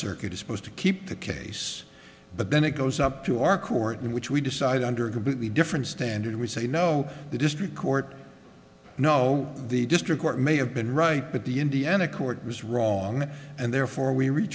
circuit is supposed to keep the case but then it goes up to our court in which we decide under a completely different standard we say no the district court no the district court may have been right but the indiana court was wrong and therefore we rea